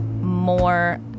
more